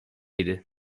idi